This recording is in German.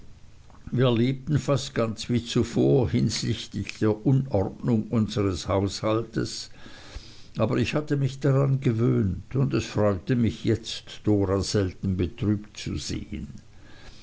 wir lebten fast ganz wie zuvor hinsichtlich der unordnung unseres haushaltes aber ich hatte mich daran gewöhnt und es freute mich jetzt dora selten betrübt zu sehen